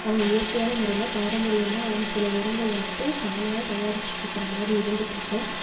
நம்ம இயற்கையான முறையில பாரம்பரியமாக அவங்க சில உரங்கள் வந்துட்டு தானாக தயாரிச்சிட்டுருக்கிற மாதிரி இருந்துகிட்டு இருக்கும்